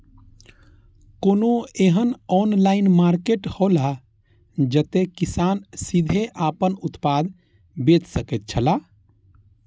कोनो एहन online market हौला जते किसान सीधे आपन उत्पाद बेच सकेत छला?